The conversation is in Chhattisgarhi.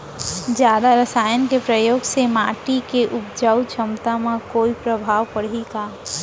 जादा रसायन के प्रयोग से माटी के उपजाऊ क्षमता म कोई प्रभाव पड़ही का?